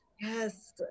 Yes